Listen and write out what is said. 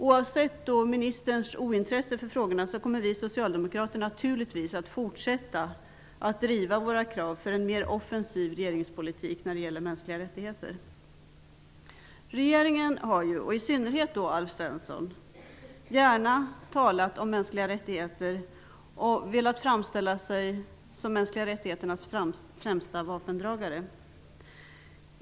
Oavsett ministerns ointresse för dessa frågor kommer vi naturligtvis att fortsätta att driva våra krav för en mer offensiv regeringspolitik när det gäller mänskliga rättigheter. Regeringen och i synnerhet Alf Svensson har gärna talat om mänskliga rättigheter och velat framställa sig som dessa rättigheters främsta vapendragare.